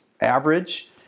average